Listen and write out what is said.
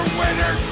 winner